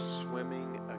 swimming